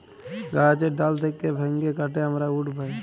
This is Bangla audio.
গাহাচের ডাল থ্যাইকে ভাইঙে কাটে আমরা উড পায়